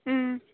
ம்